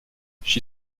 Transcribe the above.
she